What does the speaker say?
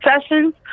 sessions